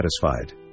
satisfied